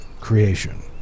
creation